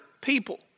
people